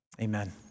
amen